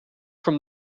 from